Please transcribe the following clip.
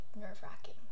nerve-wracking